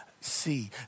see